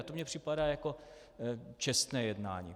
To mně připadá jako čestné jednání.